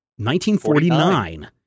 1949